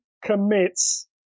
commits